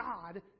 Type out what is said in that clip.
God